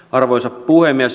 arvoisa puhemies